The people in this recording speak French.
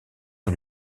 sur